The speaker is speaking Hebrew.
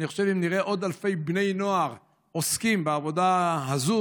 אני חושב שאם נראה עוד אלפי בני נוער עוסקים בעבודה הזו,